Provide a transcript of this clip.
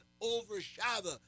overshadow